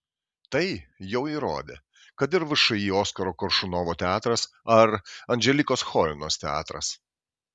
tai jau įrodė kad ir všį oskaro koršunovo teatras ar anželikos cholinos teatras